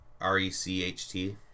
R-E-C-H-T